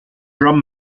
drum